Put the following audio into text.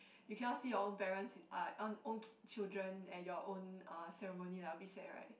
you cannot see your own parents uh own own chi~ children at your own uh ceremony like a bit sad right